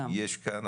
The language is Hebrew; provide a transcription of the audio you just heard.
יש כאן,